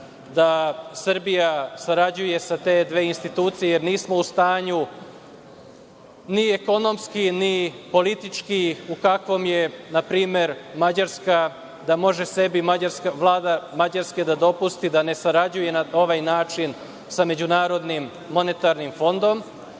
da Srbija sarađuje sa te dve institucije, jer nismo u stanju ni ekonomski, ni politički u kakvom je npr. Mađarska, da može sebi mađarska vlada da dopusti da ne sarađuje na ovaj način sa Međunarodnim monetarnim fondom,